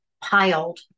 piled